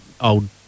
old